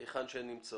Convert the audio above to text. היכן שהן נמצאות,